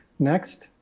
next,